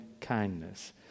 kindness